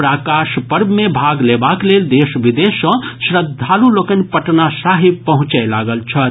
प्रकाश पर्व मे भाग लेबाक लेल देश विदेश सँ श्रद्दालु लोकनि पटना साहिब पहुंचय लागल छथि